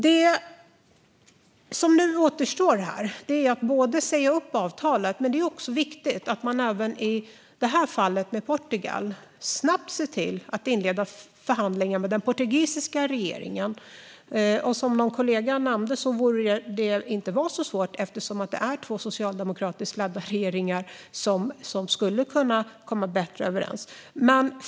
Det som nu återstår är att säga upp avtalet. Men det är också viktigt att man även i fallet med Portugal snabbt ser till att inleda förhandlingar med regeringen. Som en kollega nämnde borde det inte vara så svårt eftersom det är två socialdemokratiskt ledda regeringar som skulle kunna komma bättre överens.